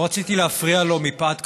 לא רציתי להפריע לו מפאת כבודו,